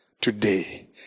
today